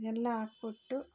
ಎಲ್ಲ ಹಾಕ್ಬಿಟ್ಟು